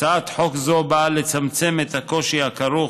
הצעת חוק זו באה לצמצם את הקושי הכרוך